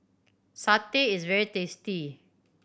satay is very tasty